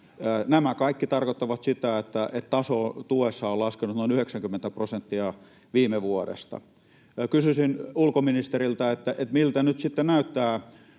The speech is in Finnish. Nämä kaikki tarkoittavat sitä, että taso tuessa on laskenut noin 90 prosenttia viime vuodesta. Kysyisin ulkoministeriltä: Miltä nyt sitten näyttää